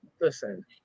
listen